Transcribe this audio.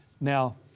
Now